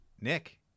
Nick